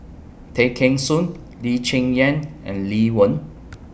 Tay Kheng Soon Lee Cheng Yan and Lee Wen